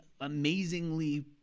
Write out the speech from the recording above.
amazingly